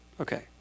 Okay